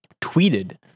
tweeted